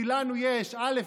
כי לנו יש א',